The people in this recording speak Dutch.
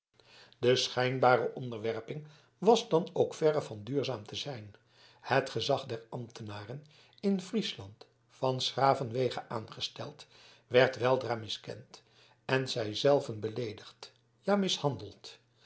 de schijnbare onderwerping was dan ook verre van duurzaam te zijn het gezag der ambtenaren in friesland van s graven wege aangesteld werd weldra miskend en zij zelven beleedigd ja mishandeld